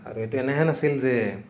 আৰু এইটো এনেহেন আছিল যে